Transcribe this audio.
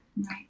Right